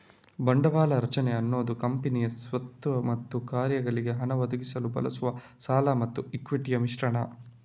ಬಂಡವಾಳ ರಚನೆ ಅನ್ನುದು ಕಂಪನಿಯ ಸ್ವತ್ತು ಮತ್ತು ಕಾರ್ಯಗಳಿಗೆ ಹಣ ಒದಗಿಸಲು ಬಳಸುವ ಸಾಲ ಮತ್ತು ಇಕ್ವಿಟಿಯ ಮಿಶ್ರಣ